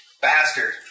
bastard